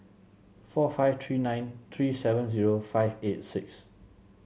four five three nine three seven zero five eight six